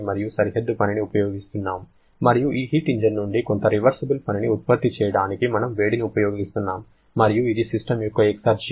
మనము సరిహద్దు పనిని ఉపయోగిస్తున్నాము మరియు ఈ హీట్ ఇంజిన్ నుండి కొంత రివర్సిబుల్ పనిని ఉత్పత్తి చేయడానికి మనము వేడిని ఉపయోగిస్తున్నాము మరియు ఇది సిస్టమ్ యొక్క ఎక్సర్జి